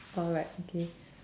alright okay